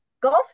golf